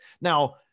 Now